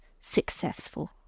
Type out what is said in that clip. successful